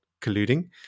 colluding